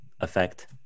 effect